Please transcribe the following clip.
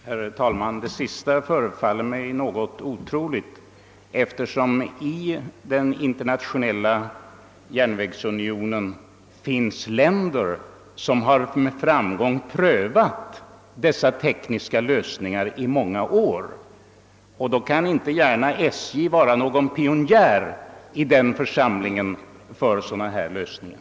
Herr talman! Det som statsrådet senast sade förefaller mig otroligt, eftersom det inom Internationella järnvägsunionen finns länder som i många år med framgång prövat dessa tekniska lösningar. Då kan SJ inte gärna vara någon pionjär i den församlingen när det gäller sådana här lösningar.